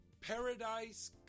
Paradise